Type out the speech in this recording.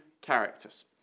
characters